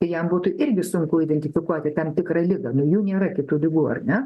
jam būtų irgi sunku identifikuoti tam tikra liga nuo jų nėra kitų ligų ar ne